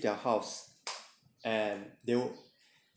their house and they'll